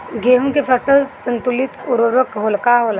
गेहूं के फसल संतुलित उर्वरक का होला?